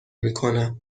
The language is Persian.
میکنم